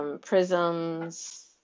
prisms